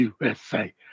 USA